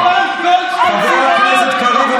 חבר הכנסת קריב,